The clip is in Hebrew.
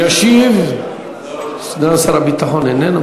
ישיב, סגן שר הביטחון איננו?